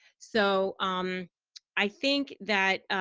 so um i think that,